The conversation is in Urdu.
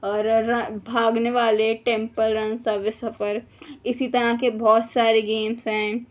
اور رن بھاگنے والے Temple and Subway Surfer اسی طرح کے بہت سارے گیمس ہیں